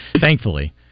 thankfully